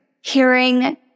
hearing